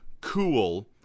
cool